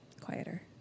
quieter